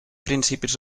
principis